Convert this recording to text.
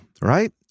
right